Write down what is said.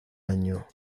año